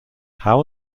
how